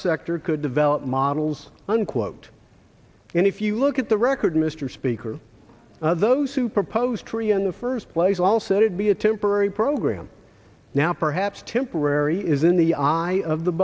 sector could develop models unquote and if you look at the record mr speaker those who proposed tree in the first place all said it be a temporary program now perhaps temporary is in the eye of the